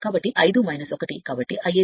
కాబట్టి I0 4 ampere